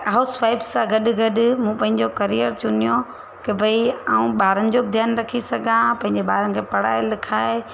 housewife सां गॾु गॾु मूं पंहिंजो करियर चुनियो कि भई ऐं ॿारनि जो बि ध्यानु रखी सघां पंहिंजे ॿारनि खे पढ़ाए लिखाए